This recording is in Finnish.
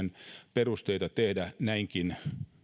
perusteita tehdä näinkin